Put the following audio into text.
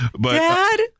Dad